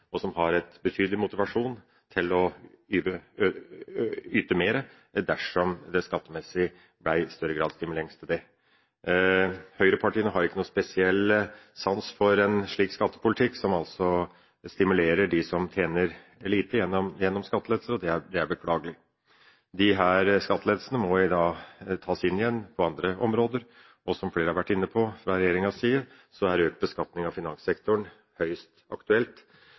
og som har en betydelig motivasjon til å yte mer dersom det skattemessig i større grad stimuleres til det. Høyrepartiene har ikke noen spesielle sans for en slik skattepolitikk som stimulerer dem som tjener lite gjennom skattelettelser, og det er beklagelig. Disse skattelettelsene må tas inn igjen på andre områder, og som flere har vært inne på fra regjeringspartienes side, er økt beskatning av finanssektoren